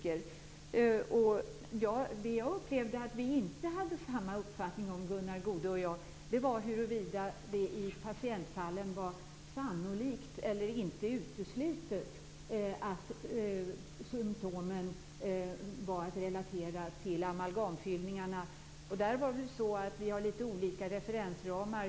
Det som jag upplevde att Gunnar Goude och jag inte hade samma uppfattning om var huruvida det i patientfallen var "sannolikt" eller "inte uteslutet" att symtomen var att relatera till amalgamfyllningar. Där har vi litet olika referensramar.